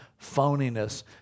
phoniness